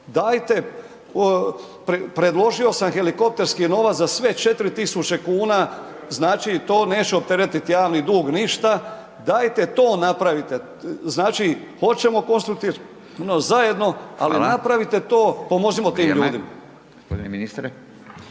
predložio sam helikopterski novac za sve 4.000 kuna, znači to neće optereti javni dug ništa. Dajte to napravite, znači hoćemo konstruktivno zajedno, ali napravite to, pomozimo tim ljudima.